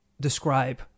describe